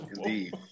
Indeed